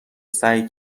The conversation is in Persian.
سعی